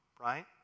right